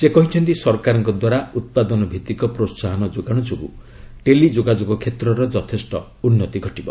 ସେ କହିଛନ୍ତି ସରକାରଙ୍କ ଦ୍ୱାରା ଉତ୍ପାଦନ ଭିଭିକ ପ୍ରୋହାହନ ଯୋଗାଣ ଯୋଗୁଁ ଟେଲି ଯୋଗାଯୋଗ କ୍ଷେତ୍ରର ଯଥେଷ୍ଟ ଉନ୍ନତି ଘଟିବ